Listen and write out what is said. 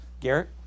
Garrett